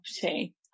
property